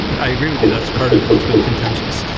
i agree with you. that's part of what's been contentious.